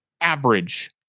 average